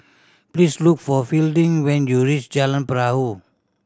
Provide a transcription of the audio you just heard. please look for Fielding when you reach Jalan Perahu